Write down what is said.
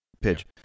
Pitch